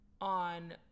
on